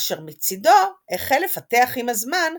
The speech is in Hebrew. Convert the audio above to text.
אשר מצידו החל לפתח, עם הזמן,